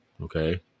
okay